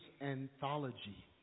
anthology